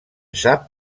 sap